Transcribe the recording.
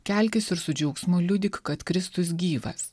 kelkis ir su džiaugsmu liudyk kad kristus gyvas